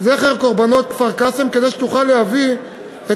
זכר קורבנות כפר-קאסם כדי שתוכל להביא את